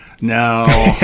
No